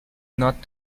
not